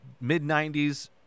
mid-90s